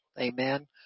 Amen